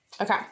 Okay